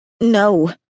No